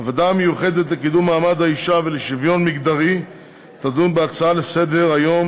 הוועדה לקידום מעמד האישה ולשוויון מגדרי תדון בהצעות לסדר-היום